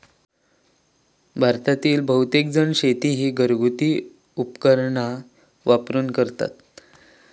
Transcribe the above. भारतातील बहुतेकजण शेती ही घरगुती उपकरणा वापरून करतत